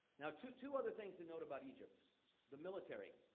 now, two two other things to note about egypt the military.